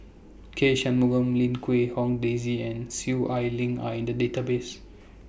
K Shanmugam Lim Quee Hong Daisy and Soon Ai Ling Are in The Database